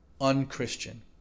UnChristian